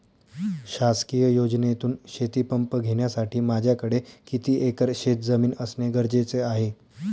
शासकीय योजनेतून शेतीपंप घेण्यासाठी माझ्याकडे किती एकर शेतजमीन असणे गरजेचे आहे?